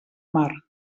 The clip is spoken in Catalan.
mar